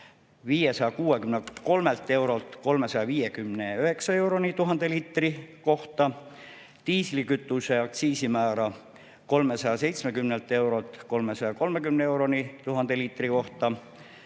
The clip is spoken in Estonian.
563 eurolt 359 euroni 1000 liitri kohta, diislikütuse aktsiisimäära 370 eurolt 330 euroni 1000 liitri kohta,